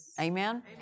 Amen